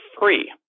free